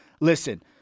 Listen